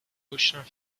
cochin